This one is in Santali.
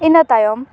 ᱤᱱᱟᱹ ᱛᱟᱭᱚᱢ